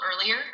earlier